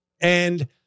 And-